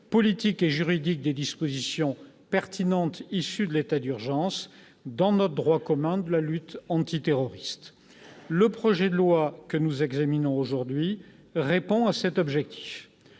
politique et juridique des dispositions pertinentes issues de l'état d'urgence dans notre droit commun de la lutte antiterroriste. Le projet de loi que nous examinons aujourd'hui atteint cet objectif.